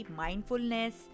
mindfulness